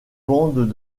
bandes